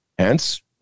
Hence